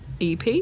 ep